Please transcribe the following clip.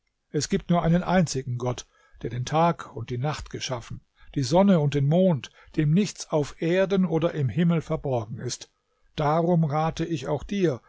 es gibt nur einen einzigen gott der den tag und die nacht geschaffen die sonne und den mond dem nichts auf erden oder im himmel verborgen ist darum rate ich auch dir